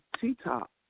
T-Top